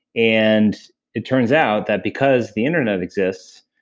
and it turns out that because the internet exists,